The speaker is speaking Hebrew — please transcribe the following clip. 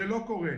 זה לא קורה.